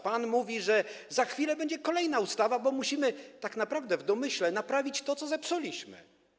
Pan mówi, że za chwilę będzie kolejna ustawa, bo musimy - tak naprawdę, w domyśle - naprawić to, co zepsuliśmy.